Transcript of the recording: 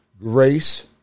grace